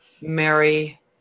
Mary